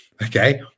Okay